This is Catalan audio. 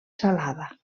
salada